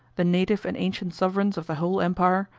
the native and ancient sovereigns of the whole empire,